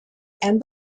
and